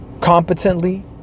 competently